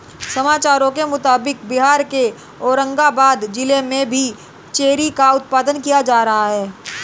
समाचारों के मुताबिक बिहार के औरंगाबाद जिला में भी चेरी का उत्पादन किया जा रहा है